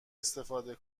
استفاده